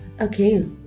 Okay